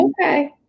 okay